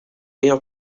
air